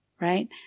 Right